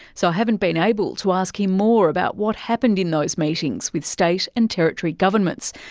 so i haven't been able to ask him more about what happened in those meetings with state and territory governments,